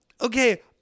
Okay